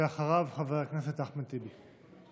אחריו, חבר הכנסת אחמד טיבי.